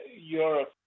Europe